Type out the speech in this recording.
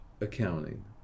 accounting